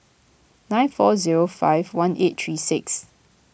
nine four zero five one eight three six